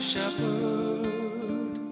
shepherd